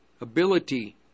ability